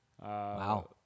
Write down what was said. Wow